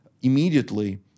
immediately